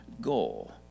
goal